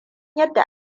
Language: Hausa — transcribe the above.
yadda